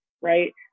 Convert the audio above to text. right